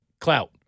clout